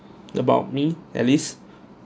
about me at least